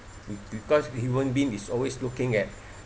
be~ because human being is always looking at